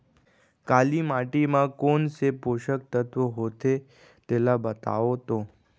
काली माटी म कोन से पोसक तत्व होथे तेला बताओ तो?